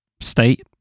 state